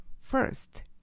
first